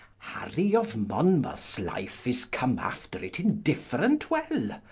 harry of monmouthes life is come after it indifferent well,